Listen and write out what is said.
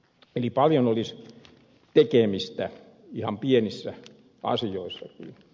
eli paljon olisi tekemistä ihan pienissä asioissakin